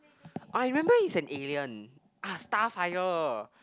I remember he's an alien ah star fire